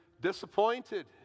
disappointed